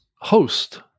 host